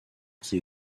qui